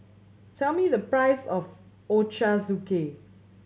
tell me the price of Ochazuke